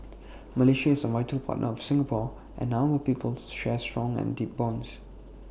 Malaysia is A vital partner of Singapore and our peoples share strong and deep bonds